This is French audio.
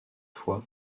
fois